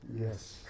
yes